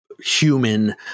human